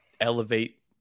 elevate